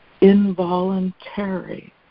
involuntary